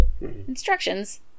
Instructions